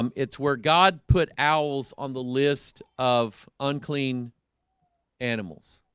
um it's where god put al's on the list of unclean animals,